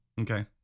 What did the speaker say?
Okay